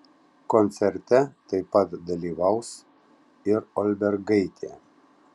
koncerte taip pat dalyvaus ir olbergaitė